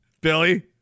Billy